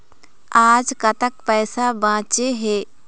आज कतक पैसा बांचे हे?